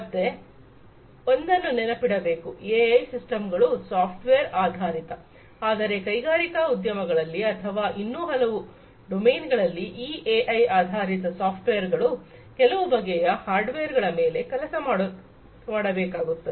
ಮತ್ತೆ ಒಂದನ್ನು ನೆನಪಿಡಬೇಕು ಎಐ ಸಿಸ್ಟಮ್ ಗಳು ಸಾಫ್ಟ್ವೇರ್ ಆಧಾರಿತ ಆದರೆ ಕೈಗಾರಿಕಾ ಉದ್ಯಮಗಳಲ್ಲಿ ಅಥವಾ ಇನ್ನೂ ಹಲವು ಡೊಮೈನ್ ಗಳಲ್ಲಿ ಈ ಎಐ ಆಧಾರಿತ ಸಾಫ್ಟ್ವೇರ್ ಗಳು ಕೆಲವು ಬಗೆಯ ಹಾರ್ಡ್ವೇರ್ ಗಳ ಮೇಲೆ ಕೆಲಸ ಮಾಡಬೇಕಾಗುತ್ತದೆ